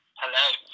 Hello